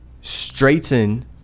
straighten